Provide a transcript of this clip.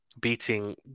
beating